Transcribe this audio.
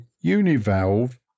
univalve